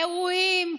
אירועים,